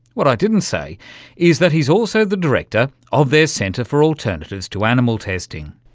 what i didn't say is that he's also the director of their centre for alternatives to animal testing.